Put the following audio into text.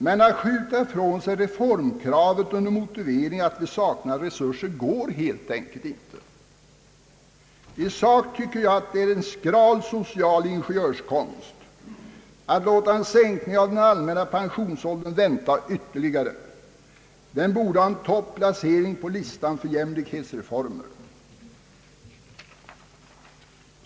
Men att skjuta ifrån sig reformkravet under motivering att vi saknar resurser går helt enkelt inte. I sak tycker jag det är en skral social ingenjörskonst att låta en sänkning av den allmänna pensionsåldern vänta ytterligare. Den borde ha en topplacering på listan för jämlikhetsreformer.